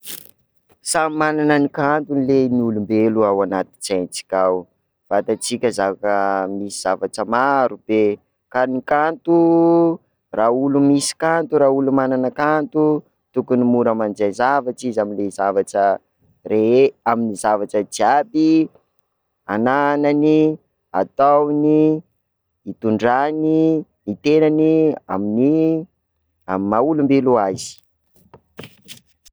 Samy manana ny kantony ley ny olombelo ao anatin-tsaintsika ao, vatatsika zavatra misy zavatra marobe, ka ny kanto raha olo misy kanto, raha olo manana kanto, tokony mora mandray zavatra izy amin'ny zavatra rehe- amin'ny zavatra jiaby ananany, ataony, hitondrany ny tenany amin'ny- amin'ny maha-olombelo azy.